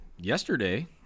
yesterday